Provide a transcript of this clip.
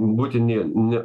būti ne ne